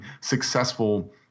successful